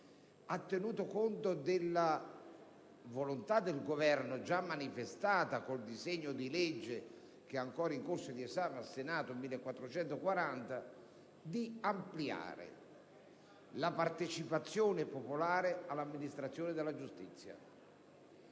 ha tenuto conto della volontà del Governo già manifestata con il disegno di legge n. 1440, che è ancora in corso d'esame al Senato, di ampliare la partecipazione popolare all'amministrazione della giustizia.